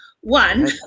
one